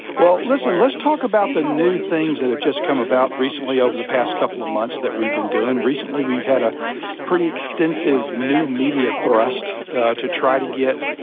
well listen, let's talk about the new things that have just come about recently over the past couple of months that we've been doing. recently, we've had a pretty extensive new media thrust to try to get